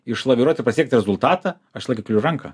išlaviruot ir pasiekt rezultatą aš visąlaik keliu ranką